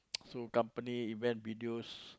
so company event videos